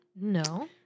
No